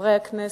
חברי הכנסת,